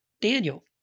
Daniel